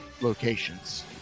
locations